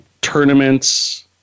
tournaments